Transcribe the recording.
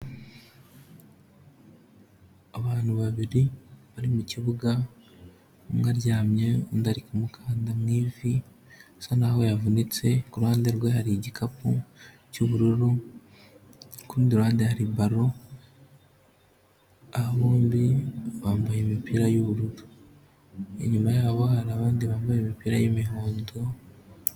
Abantu babiri bari mu kibuga umwe aryamye undi ari kumukanda mu ivi bisa nk'aho yavunitse ku ruhande rwe hari igikapu cy'ubururu ku rundi ruhande hari baro aba bombi bambaye imipira y'ubururu, inyuma yabo hari abandi bambaye imipira y'imihondo.